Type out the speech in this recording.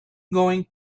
going